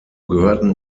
gehörten